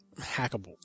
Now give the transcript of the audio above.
hackable